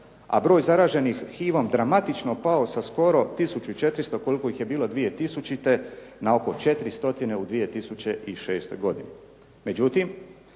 a broj zaraženih HIV-om dramatično pao sa skoro 1400 koliko ih je bilo 2000-te na oko 400 u 2006. godini.